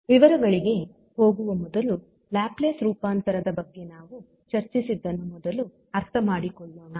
ವಿವರಗಳಿಗೆ ಹೋಗುವ ಮೊದಲು ಲ್ಯಾಪ್ಲೇಸ್ ರೂಪಾಂತರದ ಬಗ್ಗೆ ನಾವು ಚರ್ಚಿಸಿದ್ದನ್ನು ಮೊದಲು ಅರ್ಥಮಾಡಿಕೊಳ್ಳೋಣ